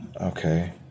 okay